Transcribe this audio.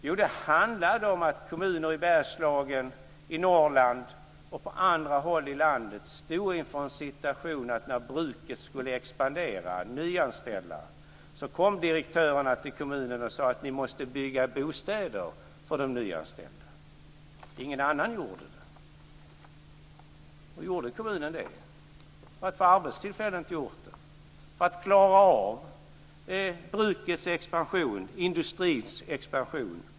Jo, det handlar om att kommuner i Bergslagen, i Norrland och på andra håll i landet stod inför en situation att när bruket skulle expandera och nyanställa kom direktörerna till kommunen och sade: Ni måste bygga bostäder för de nyanställda! Ingen annan gjorde ju det. Då gjorde kommunen det - för att få arbetstillfällen till orten och för att klara av brukets och industrins expansion.